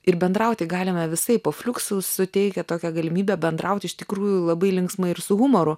ir bendrauti galime visaip o fliuksus suteikia tokią galimybę bendrauti iš tikrųjų labai linksmai ir su humoru